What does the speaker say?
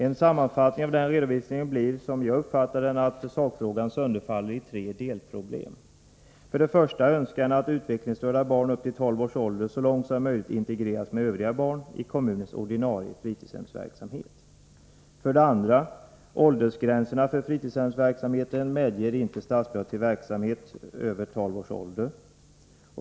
En sammanfattning av den redovisningen blir, som jag uppfattar den, att sakfrågan sönderfaller i tre delproblem. För det första önskar man att utvecklingsstörda barn upp till tolv års ålder så långt som möjligt integreras med övriga barn i kommunens ordinarie fritidshemsverksamhet. För det andra medger åldergränserna på fritidsverksamheten inte statsbidrag till verksamhet för barn över tolv års ålder.